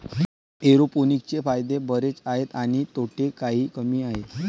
एरोपोनिक्सचे फायदे बरेच आहेत आणि तोटे काही कमी आहेत